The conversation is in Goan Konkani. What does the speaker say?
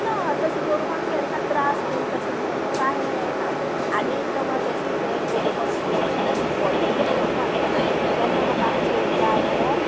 ना तशें गोरवांक केन्ना त्रास बीन तशें म्हणून कांय येना आनी एकदां मात तशीच गेली कोणें फोण एक व्हडलो फोण मारलेलो तेन्ना मात आमची एक गाय त्या